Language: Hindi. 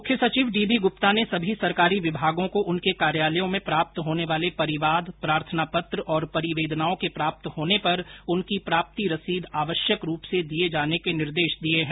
मुख्य सचिव डी बी गुप्ता ने सभी सरकारी विभागों को उनके कार्यालयों में प्राप्त होने वाले परिवाद प्रार्थना पत्र और परिवेदनाओं के प्राप्त होने पर उनकी प्राप्ति रसीद आवश्यक रूप से दिये जाने के निर्देश दिए हैं